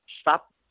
Stop